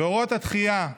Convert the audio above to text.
ב"אורות התחייה",